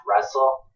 wrestle